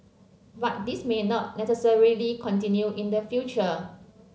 but this may not necessarily continue in the future